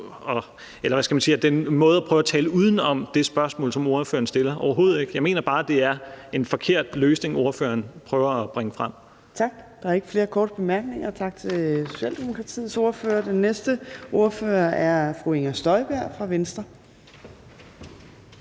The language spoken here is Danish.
måde, hvad skal man sige, at prøve at tale uden om det spørgsmål, som ordføreren stiller, på – overhovedet ikke. Jeg mener bare, det er en forkert løsning, ordføreren prøver at bringe frem. Kl. 12:40 Fjerde næstformand (Trine Torp): Tak. Der er ikke flere korte bemærkninger. Tak til Socialdemokratiets ordfører. Den næste ordfører er fru Inger Støjberg fra Venstre.